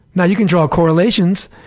yeah you can draw correlations,